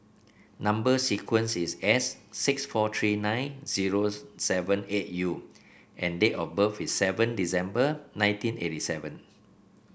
number sequence is S six four three nine zero seven eight U and date of birth is seven December nineteen eighty seven